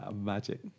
magic